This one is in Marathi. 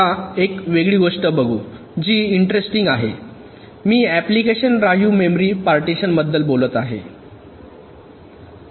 आता एक वेगळी गोष्ट बघू जी इंटरेस्टिंग आहे मी अॅप्लिकेशन ड्राईव्ह मेमरी पार्टिशन बद्दल बोलत आहे आहे